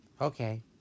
Okay